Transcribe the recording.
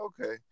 okay